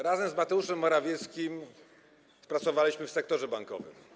Razem z Mateuszem Morawieckim pracowaliśmy w sektorze bankowym.